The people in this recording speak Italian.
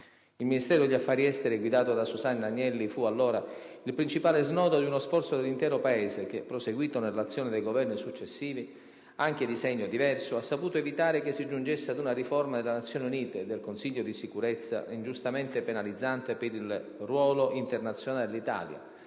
Il Ministero degli affari esteri guidato da Susanna Agnelli fu allora il principale snodo di uno sforzo di un intero Paese che, proseguito nell'azione dei Governi successivi, anche di segno diverso, ha saputo evitare che si giungesse ad una riforma delle Nazioni Unite e del Consiglio di Sicurezza ingiustamente penalizzante per il ruolo internazionale dell'Italia